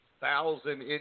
thousand